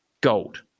Gold